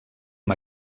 amb